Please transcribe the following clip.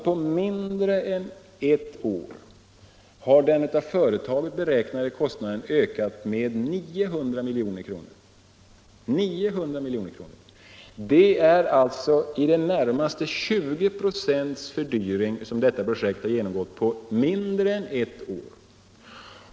På mindre än ett år har den av företaget beräknade kostnaden alltså ökat med 900 milj.kr. Det är en i det närmaste 20-procentig fördyring av projektet på mindre än ett år.